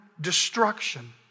destruction